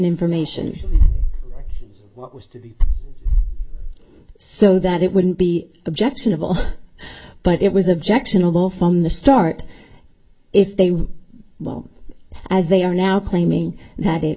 information what was to be so that it wouldn't be objectionable but it was objectionable from the start if they were as they are now claiming that it